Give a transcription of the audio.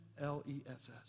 L-E-S-S